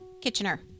Kitchener